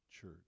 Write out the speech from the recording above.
church